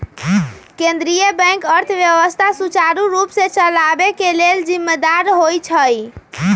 केंद्रीय बैंक अर्थव्यवस्था सुचारू रूप से चलाबे के लेल जिम्मेदार होइ छइ